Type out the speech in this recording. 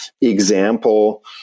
example